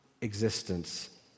existence